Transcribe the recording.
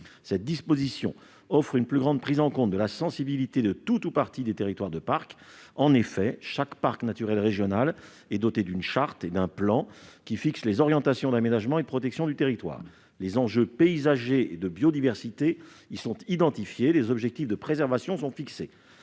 Cette disposition permet une plus grande prise en compte de la sensibilité de tout ou partie des territoires d'un parc. En effet, chaque parc naturel régional est doté d'une charte et d'un plan qui fixent les orientations d'aménagement et de protection du territoire. Les enjeux paysagers et de biodiversité y sont identifiés et des objectifs de préservation sont fixés.